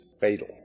fatal